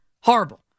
Horrible